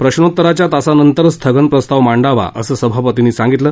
प्रश्नोत्तराच्या तासानंतर स्थगन प्रस्ताव मांडावा असं सभापतींनी सांगितलं